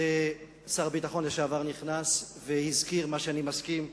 שר הביטחון לשעבר נכנס והזכיר את מה שאני מסכים לו: